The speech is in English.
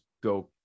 go